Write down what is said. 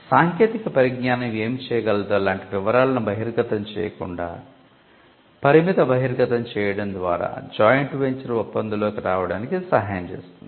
సాంకేతిక పరిజ్ఞానం ఏమి చేయగలదో లాంటి వివరాలను బహిర్గతం చేయకుండా పరిమిత బహిర్గతం చేయడం ద్వారా జాయింట్ వెంచర్ ఒప్పందంలోకి రావడానికి ఇది సహాయం చేస్తుంది